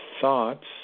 thoughts